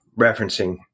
referencing